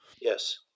Yes